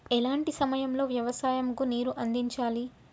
ఎలాంటి సమయం లో వ్యవసాయము కు నీరు అందించాలి?